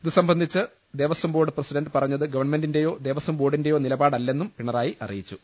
ഇതുസംബന്ധിച്ച് Devaswom board president പറഞ്ഞത് ഗവൺമെന്റിന്റേയോ ദേവസ്വം ബോർഡിന്റെയോ നിലപാടല്ലെന്നും പിണറായി അറിയിച്ചു